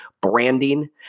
branding